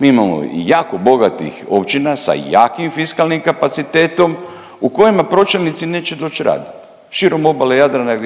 Mi imamo i jako bogatih općina sa jakim fiskalnim kapacitetom, u kojima pročelnici neće doći raditi, širom obale Jadrana